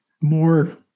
More